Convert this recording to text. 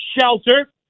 shelter